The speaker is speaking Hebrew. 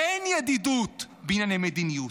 אין ידידות בענייני מדיניות,